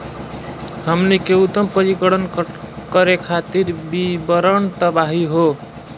हमनी के उद्यम पंजीकरण करे खातीर विवरण बताही हो?